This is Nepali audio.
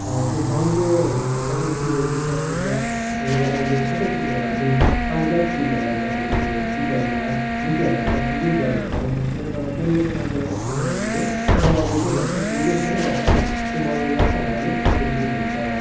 त्यो गाउँको कतिवटा चिजहरू दुःखसुख रमाइलो सबै चिजहरूलाई चाहिँ सामुदायिक चिजहरूलाई चाहिँ हामी त्यो गीतहरूमा नृत्यहरूमा प्रतिविम्बित गरेको पाउँछौँ त्यसले गर्दा त्यसले चाहिँ मान्छेलाई एकै ठाउँमा ल्याउनु चाहिँ स्वाभाविकै भन्छ त्यो उद्देश्य नै वास्तवमा त्यो मनोरञ्जनात्मक हुनाले त्यसरी हुन्छ